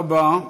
תודה רבה.